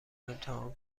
امتحان